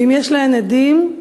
ואם יש להן עדים,